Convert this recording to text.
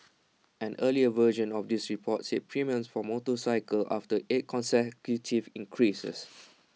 an earlier version of this report said premiums for motorcycles after eight consecutive increases